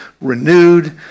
renewed